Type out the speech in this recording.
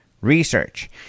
research